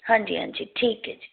ਹਾਂਜੀ ਹਾਂਜੀ ਠੀਕ ਹੈ ਜੀ